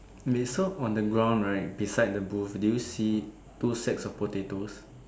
eh so on the ground right beside the booth do you see two sacks of potatoes